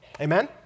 Amen